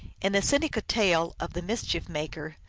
in the seneca tale of the mischief maker,